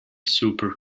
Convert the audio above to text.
super